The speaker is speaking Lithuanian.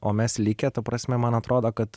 o mes likę ta prasme man atrodo kad